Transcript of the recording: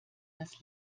das